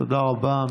תודה רבה.